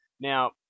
Now